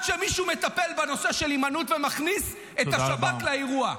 שמישהו מטפל בנושא של היימנוט ומכניס את השב"כ לאירוע,